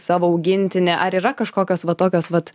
savo augintinį ar yra kažkokios va tokios vat